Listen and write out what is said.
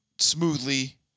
smoothly